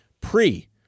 pre